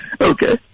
Okay